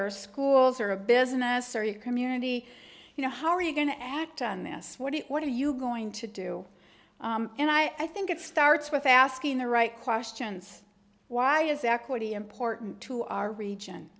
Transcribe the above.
or schools or a business or the community you know how are you going to act on this what do you what are you going to do and i think it starts with asking the right questions why is equity important to our region